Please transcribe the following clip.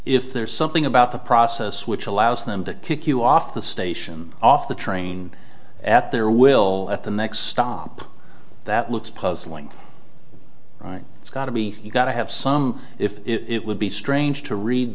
if there's something about the process which allows them to kick you off the station off the train at their will the next stop that looks puzzling right it's got to be you've got to have some if it would be strange to read